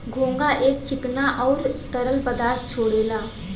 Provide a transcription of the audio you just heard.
घोंघा एक चिकना आउर तरल पदार्थ छोड़ेला